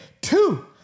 Two